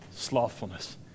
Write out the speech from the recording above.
slothfulness